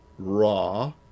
Raw